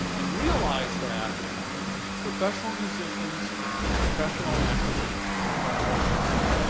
and realize that professional musicians and professional athletes are almost the same.